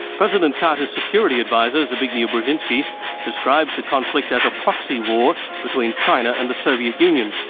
president carter's security adviser zbigniew brzezinski describes the conflict as a proxy war between china and the soviet union,